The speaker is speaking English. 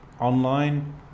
Online